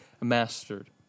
mastered